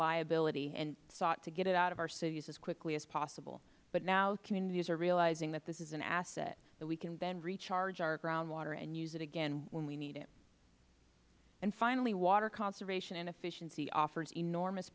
liability and sought to get it out of our cities as quickly as possible but now communities are realizing that this is an asset that we can then recharge our groundwater and use it again when we need it and finally water conservation and efficiency offers enormous